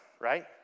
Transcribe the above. right